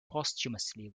posthumously